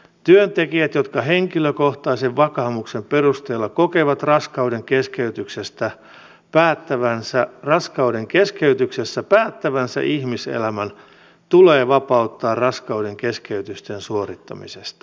työntekijät jotka henkilökohtaisen vakaumuksen perusteella kokevat raskaudenkeskeytyksessä päättävänsä ihmiselämän tulee vapauttaa raskaudenkeskeytysten suorittamisesta